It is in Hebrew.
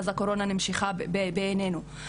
הקורונה נמשכה בעינינו.